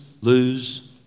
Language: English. lose